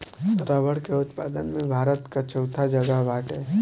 रबड़ के उत्पादन में भारत कअ चउथा जगह बाटे